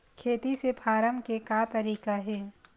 खेती से फारम के का तरीका हे?